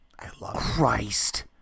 Christ